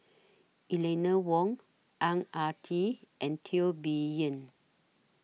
Eleanor Wong Ang Ah Tee and Teo Bee Yen